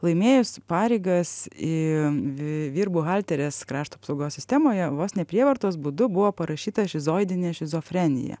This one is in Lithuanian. laimėjusi pareigas į vi vyr buhalterės krašto apsaugos sistemoje vos ne prievartos būdu buvo parašyta šizoidinė šizofrenija